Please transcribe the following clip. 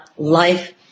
Life